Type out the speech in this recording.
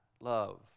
love